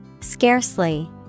scarcely